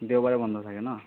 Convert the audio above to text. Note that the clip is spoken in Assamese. দেওবাৰে বন্ধ থাকে ন